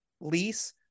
lease